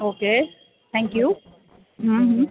okay thank you hmm હં